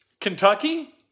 Kentucky